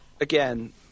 again